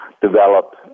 develop